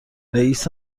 رییس